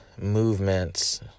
movements